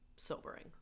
Sobering